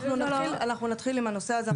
אנחנו נתחיל עם הנושא הזה.